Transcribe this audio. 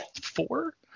four